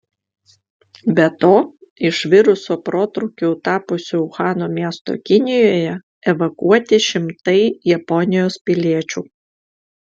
be to iš viruso protrūkiu tapusio uhano miesto kinijoje evakuoti šimtai japonijos piliečių